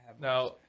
Now